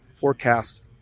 forecast